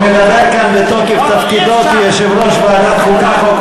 הוא מדבר כאן בתוקף תפקידו כיושב-ראש ועדת החוקה,